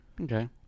Okay